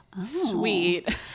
sweet